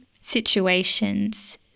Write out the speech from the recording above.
situations